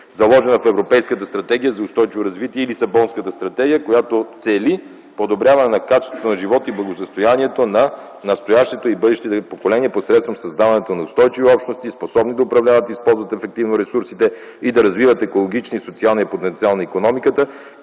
заложено в Европейската стратегия за устойчиво развитие или с Лисабонската стратегия, която цели подобряване на качеството на живота и благосъстоянието на настоящото и бъдещите поколения, посредством създаването на устойчиви общности, способни да управляват и използват ефективно ресурсите и да развиват екологичния и социалния потенциал на икономиката,